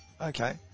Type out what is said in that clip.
Okay